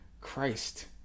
Christ